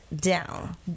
down